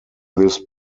this